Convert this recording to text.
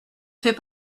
fait